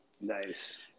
nice